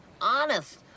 Honest